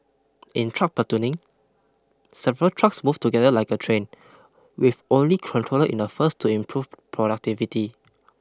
in truck platooning several trucks move together like a train with only controller in the first to improve productivity